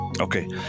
Okay